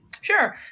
Sure